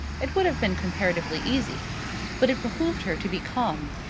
it would have been comparatively easy but it behoved her to be calm,